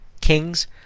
kings